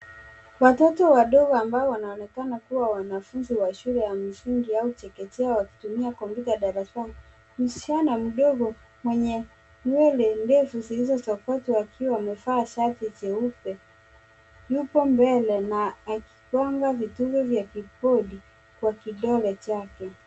Watoto wadogo ambao wanaonekana kuwa wanafunzi wa shule ya msingi au chekechea wakitumia kompyuta darasani. Msichana mdogo mwenye nywele ndefu zilizosokotwa akiwa amevaa shati jeupe, yupo mbele na akigonga vitupe vya kibodi kwa kidole chake.